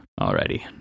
Alrighty